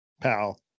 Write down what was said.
pal